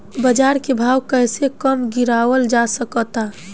बाज़ार के भाव कैसे कम गीरावल जा सकता?